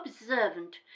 observant